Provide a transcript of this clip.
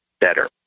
better